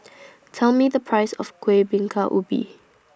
Tell Me The Price of Kuih Bingka Ubi